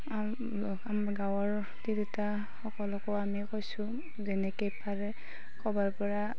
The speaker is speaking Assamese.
আমাৰ গাঁৱৰ তিৰোতাসকলকো আমি কৈছোঁ যেনেকৈ পাৰে ক'ৰবাৰ পৰা